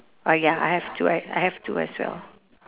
ah ya I have two I I have two as well